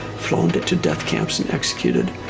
flown into death camps and executed.